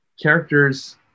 characters